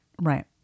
right